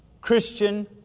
Christian